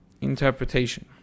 interpretation